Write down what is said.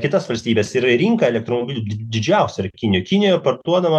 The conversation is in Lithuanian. kitas valstybes ir rinka elektromobilių didžiausia yra kinijoj kinijoje parduodama